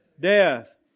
Death